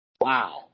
Wow